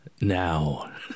now